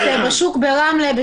נהלי כניסה ויציאה פר מטר,